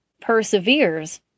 perseveres